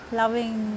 loving